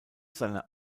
seine